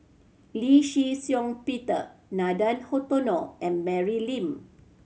Lee Shih Shiong Peter Nathan Hartono and Mary Lim